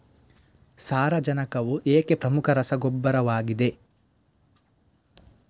ಸಾರಜನಕವು ಏಕೆ ಪ್ರಮುಖ ರಸಗೊಬ್ಬರವಾಗಿದೆ?